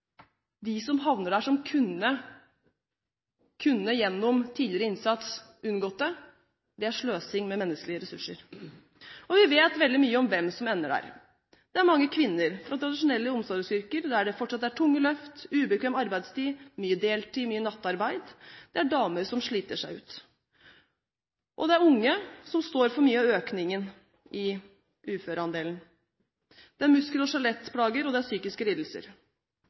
de som havner der, kunne unngått det gjennom tidligere innsats, er det sløsing med menneskelige ressurser, og vi vet veldig mye om hvem som ender der: Det er mange kvinner fra tradisjonelle omsorgsyrker der det fortsatt er tunge løft, ubekvem arbeidstid, mye deltid og mye nattarbeid; det er damer som sliter seg ut. Og det er unge – som står for mye av økningen i uføreandelen. Det er muskel- og skjelettplager, og det er psykiske lidelser.